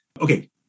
Okay